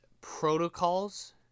protocols